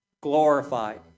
Glorified